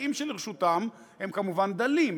האמצעים שלרשותם הם כמובן דלים,